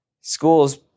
school's